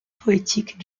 poétiques